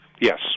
Yes